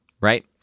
Right